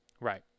Right